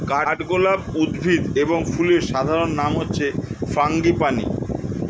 কাঠগোলাপ উদ্ভিদ এবং ফুলের সাধারণ নাম হচ্ছে ফ্রাঙ্গিপানি